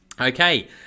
Okay